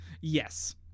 Yes